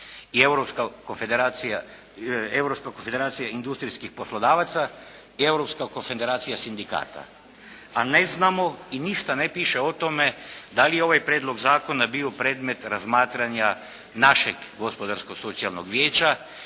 i europska konfederacija industrijskih poslodavaca i europska konfederacija sindikata, a ne znamo i ništa ne piše o tome da li je ovaj prijedlog zakona bio predmet razmatranja našeg Gospodarsko-socijalnog vijeća,